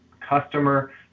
customer